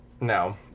No